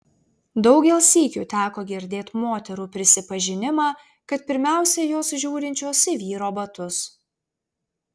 daugel sykių teko girdėt moterų prisipažinimą kad pirmiausia jos žiūrinčios į vyro batus